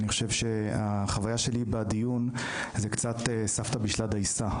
אני חושב שהחוויה שלי בדיון זה קצת "סבתא בישלה דייסה".